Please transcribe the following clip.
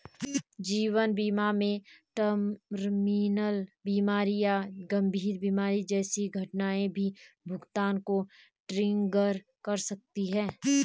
जीवन बीमा में टर्मिनल बीमारी या गंभीर बीमारी जैसी घटनाएं भी भुगतान को ट्रिगर कर सकती हैं